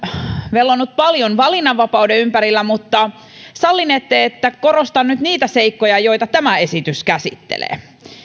vellonut paljon valinnanvapauden ympärillä mutta sallinette että korostan nyt niitä seikkoja joita tämä esitys käsittelee